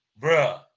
Bruh